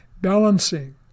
balancing